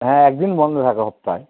হ্যাঁ একদিন বন্ধ থাকে হপ্তায়